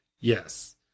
Yes